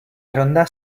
ronda